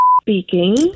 speaking